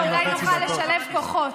זה מקרה, אולי נוכל לשלב כוחות.